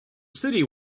city